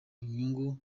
nyungu